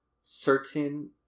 certain